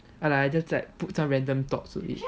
I like just like put some random thoughts to it